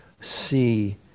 see